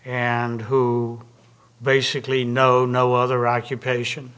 and who basically know no other occupation